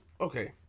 okay